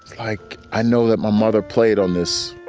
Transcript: like i know that my mother played on this